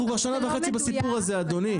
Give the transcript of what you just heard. אנחנו כבר שנה וחצי בסיפור הזה אדוני,